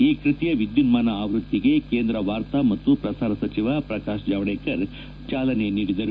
ಈ ಕೃತಿಯ ವಿದ್ಯುನ್ನಾನ ಆವೃತ್ತಿಗೆ ಇ ಬುಕ್ ಕೇಂದ್ರ ವಾರ್ತಾ ಮತ್ತು ಪ್ರಸಾರ ಸಚಿವ ಪ್ರಕಾಶ್ ಜಾವಡೇಕರ್ ಚಾಲನೆ ನೀಡಿದರು